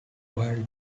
had